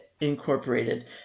Incorporated